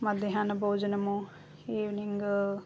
మధ్యాహ్న భోజనము ఈవెనింగు